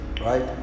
right